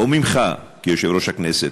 או ממך כיושב-ראש הכנסת,